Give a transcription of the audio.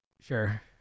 Sure